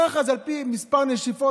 ככה זה, על פי מספר נשיפות.